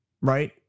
right